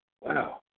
Wow